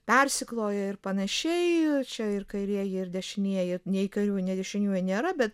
persikloja ir panašiai čia ir kairieji ir dešinieji nei kairiųjų nei dešiniųjų nėra bet